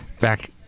back